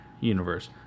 universe